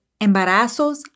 embarazos